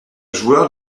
joueur